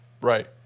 Right